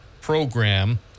program